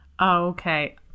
Okay